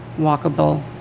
walkable